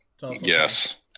Yes